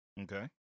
Okay